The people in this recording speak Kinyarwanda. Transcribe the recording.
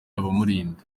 abamurinda